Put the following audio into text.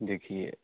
देखिए